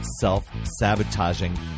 self-sabotaging